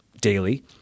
daily